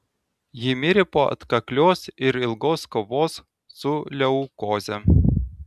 ji mirė po atkaklios ir ilgos kovos su leukoze